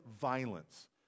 violence